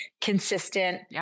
consistent